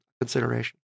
consideration